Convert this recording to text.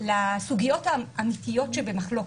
לסוגיות האמיתיות שבמחלוקת,